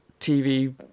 TV